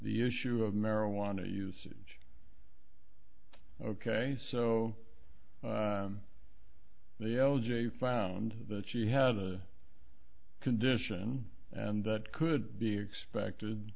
the issue of marijuana usage ok so the l j found that she had a condition and that could be expected